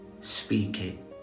speaking